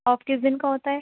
of کس دِن کا ہوتا ہے